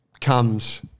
comes